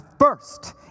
first